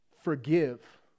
Forgive